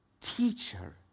teacher